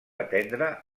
atendre